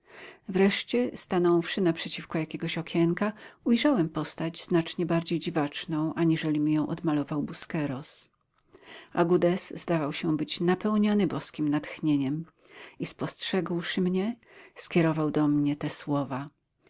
wreszcie stanąwszy naprzeciwko jakiegoś okienka ujrzałem postać znacznie bardziej dziwaczną aniżeli mi ją odmalował busqueros agudez zdawał się być napełniony boskim natchnieniem i spostrzegłszy mnie skierował do mnie te słowa